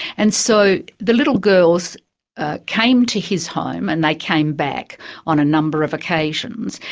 and so the little girls ah came to his home, and they came back on a number of occasions.